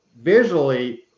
Visually